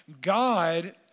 God